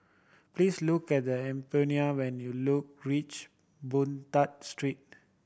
please look at the Euphemia when you look reach Boon Tat Street